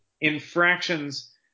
infractions